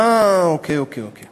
אה, אוקיי, אוקיי.